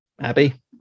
Abby